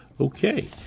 Okay